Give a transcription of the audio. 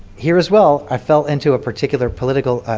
here as well i fell into a particular political